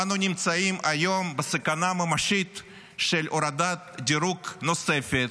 אנו נמצאים היום בסכנה ממשית של הורדת דירוג נוספת.